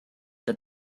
that